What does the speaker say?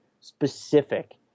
specific